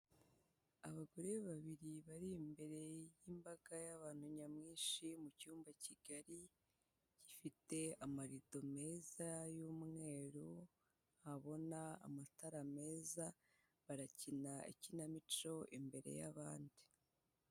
Abagore babiri bari imbere y'imbaga y'abantu nyamwinshi mu cyumba kigari, gifite amarido meza y'umweru, ndabona amatara meza, barakina ikinamico imbere y'abandi.